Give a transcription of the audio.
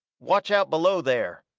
watch out below there!